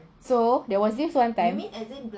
so there was this one time